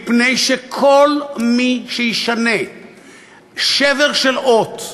מפני שכל מי שישנה שבר של אות,